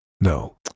no